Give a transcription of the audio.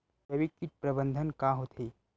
जैविक कीट प्रबंधन का होथे?